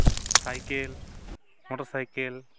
cycle motor cycle